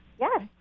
Yes